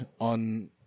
on